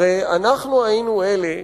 הרי אנחנו היינו אלה,